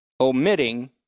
omitting